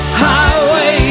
highway